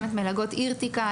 גם את מלגות אירתקא,